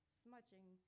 smudging